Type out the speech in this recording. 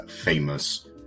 famous